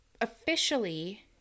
officially